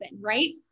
Right